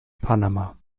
panama